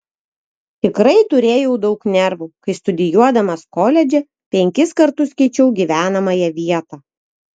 tikrai turėjau daug nervų kai studijuodamas koledže penkis kartus keičiau gyvenamąją vietą